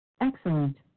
Excellent